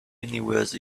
universe